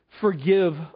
forgive